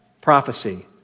prophecy